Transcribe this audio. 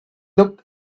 looked